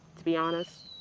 to be honest,